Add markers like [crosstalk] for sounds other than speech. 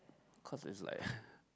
cause it's like [laughs]